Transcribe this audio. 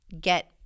get